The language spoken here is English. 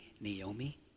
Naomi